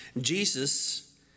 Jesus